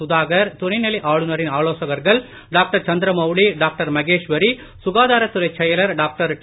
சுதாகர் துணைநிலை ஆளுநரின் ஆலோசகர்கள் டாக்டர் சந்திரமௌலி டாக்டர் மகேஸ்வரி சுகாதார துறைச் செயலர் டாக்டர் டி